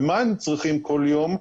ומה הם צריכים כל יום,